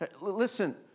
Listen